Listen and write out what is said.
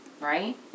Right